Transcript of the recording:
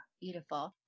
beautiful